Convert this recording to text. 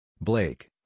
Blake